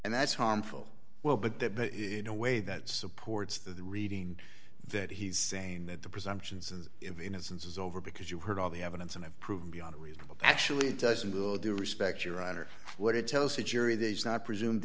and that's harmful well but that but in a way that supports the reading that he's saying that the presumptions and innocence is over because you've heard all the evidence and i've proved beyond a reasonable actually it doesn't go the respect your honor what it tells the jury that it's not presumed